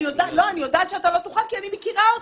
אני יודעת שאתה לא יכול כי אני מכירה אותך.